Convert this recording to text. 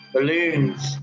Balloons